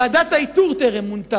ועדת האיתור טרם מונתה.